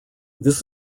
this